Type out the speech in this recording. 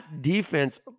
defense